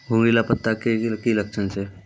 घुंगरीला पत्ता के की लक्छण छै?